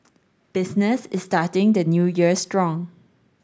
business is starting the new year strong